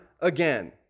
again